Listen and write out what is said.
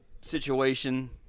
situation